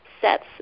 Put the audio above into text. sets